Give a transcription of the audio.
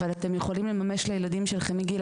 אבל אתם יכולים לממש לילדים שלכם מגיל